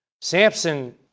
Samson